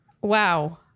Wow